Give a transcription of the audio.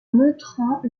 montrant